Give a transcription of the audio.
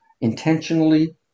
intentionally